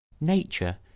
nature